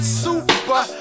super